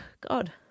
God